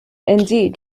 indeed